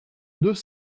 deux